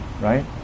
right